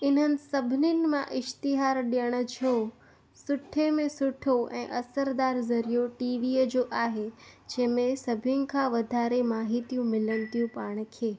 इन्हनि सभिनीनि मां इश्तिहार ॾियण जो सुठे में सुठो ऐं असरदारु ज़रियो टीवीअ जो आहे जंहिंमें सभिनी खां वधारे माहितियूं मिलनि थियूं पाण खे